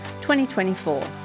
2024